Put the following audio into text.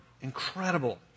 incredible